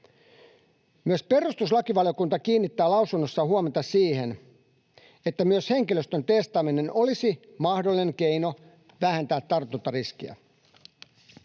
Myös perustuslakivaliokunta kiinnittää lausunnossaan huomiota siihen, että myös henkilöstön testaaminen olisi mahdollinen keino vähentää tartuntariskiä.